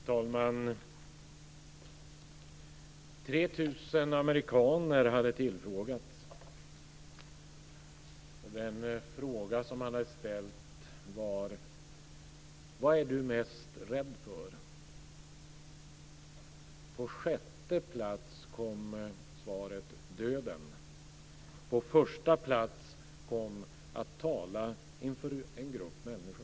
Fru talman! 3 000 amerikaner hade tillfrågats. Den fråga som man hade ställt var: Vad är du mest rädd för? På sjätte plats kom svaret "döden". På första plats kom "att tala inför en grupp människor".